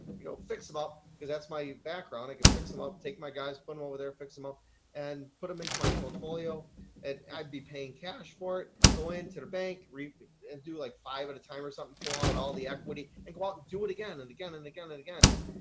you know, fix them up. cause that's my background. i can fix them up, take my guys, put them over there and fix them up and put them into my portfolio and i'd be paying cash for it, go into the bank and do like five at a time or something, pull out all the equity and go out and do it again and again and again and again,